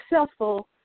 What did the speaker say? successful